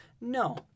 No